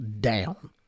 down